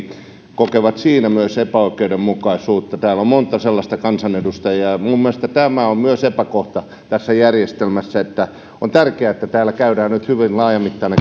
kokevat siinä myös epäoikeudenmukaisuutta täällä on monta sellaista kansanedustajaa minun mielestäni tämä on myös epäkohta tässä järjestelmässä niin että on tärkeää että täällä käydään nyt hyvin laajamittainen